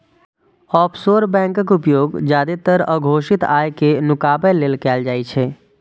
offshore बैंकक उपयोग जादेतर अघोषित आय कें नुकाबै लेल कैल जाइ छै